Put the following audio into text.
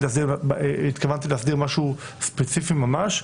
התכוונתי להסדיר משהו ספציפי ממש.